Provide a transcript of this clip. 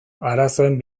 arazoen